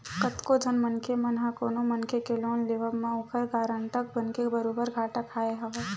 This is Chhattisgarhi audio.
कतको झन मनखे मन ह कोनो मनखे के लोन लेवब म ओखर गारंटर बनके बरोबर घाटा खाय हवय